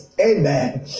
amen